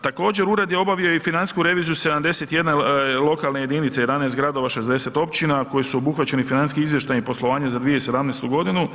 Također ured je obavio i financijsku reviziju 71 lokalne jedinice 11 gradova 60 općina koji su obuhvaćeni financijskim izvještajnim poslovanjem za 2017. godinu.